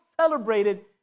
celebrated